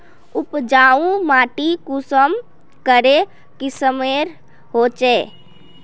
उपजाऊ माटी कुंसम करे किस्मेर होचए?